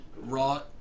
Raw